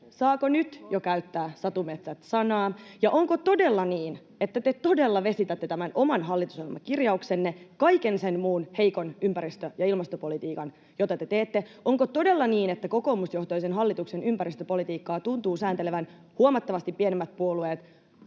Saako nyt jo käyttää satumetsät-sanaa, ja onko todella niin, että te todella vesitätte tämän oman hallitusohjelmakirjauksenne, kaiken sen muun heikon ympäristö- ja ilmastopolitiikan, jota te teette? Onko todella niin, että kokoomusjohtoisen hallituksen ympäristöpolitiikkaa tuntuvat sääntelevän huomattavasti pienemmät puolueet,